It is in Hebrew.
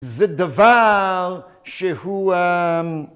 זה דבר שהוא